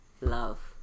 love